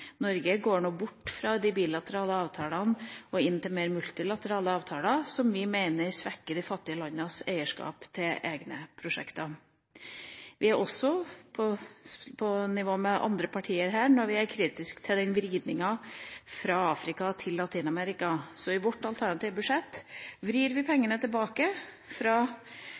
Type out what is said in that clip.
Norge går nå bort fra de bilaterale avtalene og over på mer multilaterale avtaler, noe vi mener svekker de fattige landenes eierskap til egne prosjekter. Vi er på nivå med andre partier når vi er kritiske til vridninga fra Afrika til Latin-Amerika, så i vårt alternative budsjett vrir vi pengene fra de latinamerikanske prosjektene tilbake